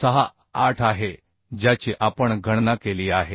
3968 आहे ज्याची आपण गणना केली आहे